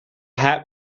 hat